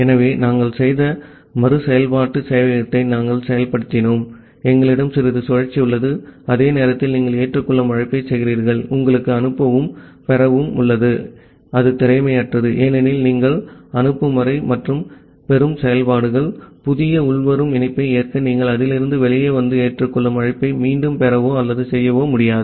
ஆகவே நாங்கள் செய்த மறுசெயல்பாட்டு சேவையகத்தை நாங்கள் செயல்படுத்தினோம் எங்களிடம் சிறிது சுழற்சி உள்ளது அதே நேரத்தில் நீங்கள் ஏற்றுக்கொள்ளும் அழைப்பைச் செய்கிறீர்கள் உங்களுக்கு அனுப்பவும் பெறவும் உள்ளது அது திறமையற்றது ஏனெனில் நீங்கள் அனுப்பும் வரை மற்றும் பெறும் செயல்பாடுகள் புதிய உள்வரும் இணைப்பை ஏற்க நீங்கள் அதிலிருந்து வெளியே வந்து ஏற்றுக்கொள்ளும் அழைப்பை மீண்டும் பெறவோ அல்லது செய்யவோ முடியாது